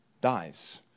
dies